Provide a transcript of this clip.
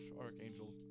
Archangel